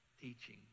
teaching